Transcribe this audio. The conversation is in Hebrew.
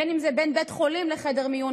בין אם זה בין בית חולים לחדר מיון,